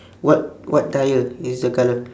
what what tyre is the colour